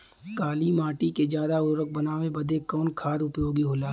काली माटी के ज्यादा उर्वरक बनावे के बदे कवन खाद उपयोगी होला?